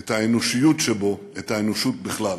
את האנושיות שבו, את האנושות בכלל.